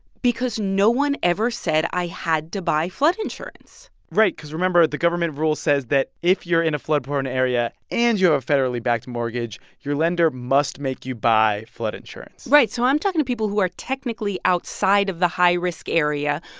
because no one ever said i had to buy flood insurance right, because remember, the government rule says that if you're in a flood-prone area, and you have a federally backed mortgage, your lender must make you buy flood insurance right. so i'm talking to people who are technically outside of the high-risk area.